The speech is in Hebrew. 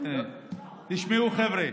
תשמעו, חבר'ה,